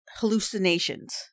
hallucinations